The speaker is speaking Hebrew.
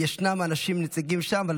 ישנם נציגים שם,